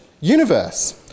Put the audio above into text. universe